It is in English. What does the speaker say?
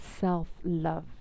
self-love